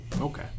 Okay